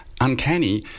Uncanny